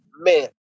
men